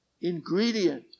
ingredient